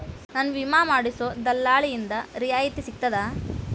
ನನ್ನ ವಿಮಾ ಮಾಡಿಸೊ ದಲ್ಲಾಳಿಂದ ರಿಯಾಯಿತಿ ಸಿಗ್ತದಾ?